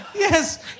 Yes